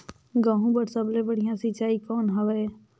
गहूं बर सबले बढ़िया सिंचाई कौन हवय?